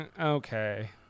okay